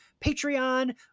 Patreon